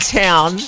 town